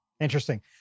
interesting